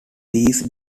these